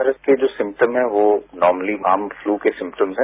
virus के जो symptom है वो नॉर्मली आम फ्लू के सिम्टम है